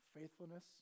faithfulness